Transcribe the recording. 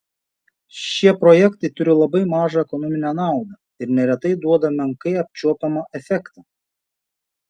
šie projektai turi labai mažą ekonominę naudą ir neretai duoda menkai apčiuopiamą efektą